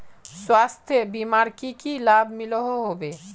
स्वास्थ्य बीमार की की लाभ मिलोहो होबे?